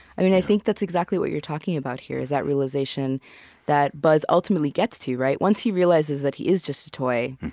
i think that's exactly what you're talking about here, is that realization that buzz ultimately gets to. once he realizes that he is just a toy,